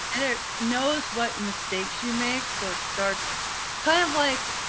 and it knows what mistakes you make. so it starts kind of like